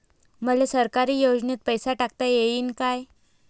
मले सरकारी योजतेन पैसा टाकता येईन काय?